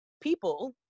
people